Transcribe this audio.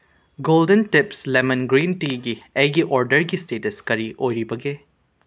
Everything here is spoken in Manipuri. ꯒꯣꯜꯗꯟ ꯇꯤꯞꯁ ꯂꯦꯃꯟ ꯒ꯭ꯔꯤꯟ ꯇꯤꯒꯤ ꯑꯩꯒꯤ ꯑꯣꯔꯗꯔꯒꯤ ꯏꯁꯇꯦꯇꯁ ꯀꯔꯤ ꯑꯣꯏꯔꯤꯕꯒꯦ